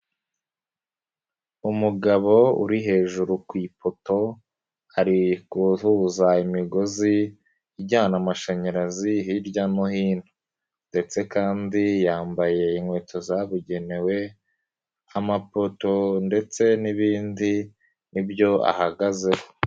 Umugabo uri hejuru ku ipoto, ari guvuza imigozi ijyana amashanyarazi hirya no hino ndetse kandi yambaye inkweto zabugenewe, amapoto ndetse n'ibindi ni byo ahagazeho.